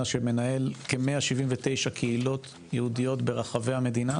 שמנהל כ-179 קהילות יהודיות ברחבי המדינה.